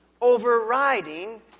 overriding